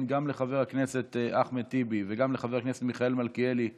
גם לחבר הכנסת אחמד טיבי וגם לחבר הכנסת מיכאל מלכיאלי להצטרף,